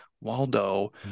Waldo